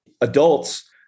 adults